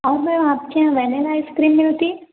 और मैं आपके यहाँ वेनेला आइसक्रीम मिलती